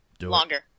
Longer